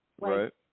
Right